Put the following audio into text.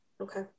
okay